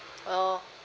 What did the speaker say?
oh